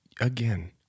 again